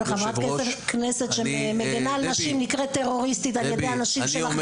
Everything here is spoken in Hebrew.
וחברת כנסת שמגנה על נשים נקראת טרוריסטית על ידי הנשים שלכם.